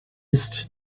ist